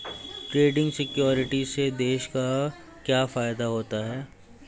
Trading securities से देश को क्या फायदा होता है?